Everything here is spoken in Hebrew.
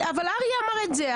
אריה אמר את זה.